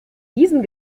diesen